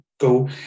go